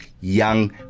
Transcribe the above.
young